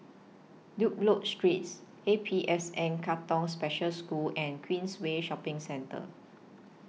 Dunlop Streets A P S N Katong Special School and Queensway Shopping Centre